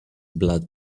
blood